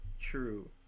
true